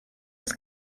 was